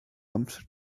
amser